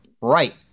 right